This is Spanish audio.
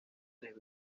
tres